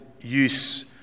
use